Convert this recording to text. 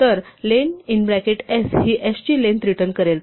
तर len हे s ची लेंग्थ रिटर्न करेल